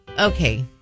okay